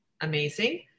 amazing